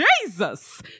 jesus